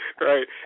Right